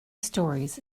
stories